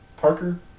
Parker